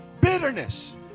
bitterness